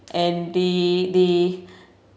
and they they